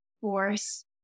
force